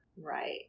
Right